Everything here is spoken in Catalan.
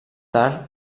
tard